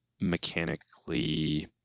mechanically